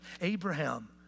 Abraham